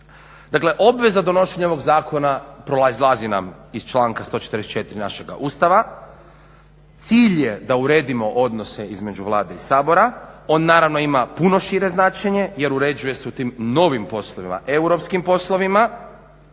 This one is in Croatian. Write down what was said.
Dakle, obveza donošenja ovog zakona proizlazi nam iz članka 144. našega Ustava. Cilj je da uredimo odnose između Vlade i Sabora. On naravno ima puno šire značenje jer uređuje se u tim novim poslovima, europskim poslovima.